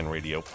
Radio